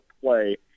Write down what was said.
play